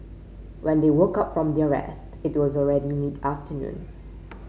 when they woke up from their rest it was already mid afternoon